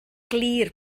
glir